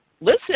listen